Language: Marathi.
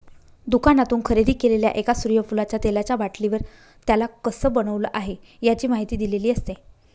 दुकानातून खरेदी केलेल्या एका सूर्यफुलाच्या तेलाचा बाटलीवर, त्याला कसं बनवलं आहे, याची माहिती दिलेली असते